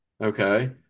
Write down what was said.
Okay